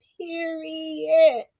period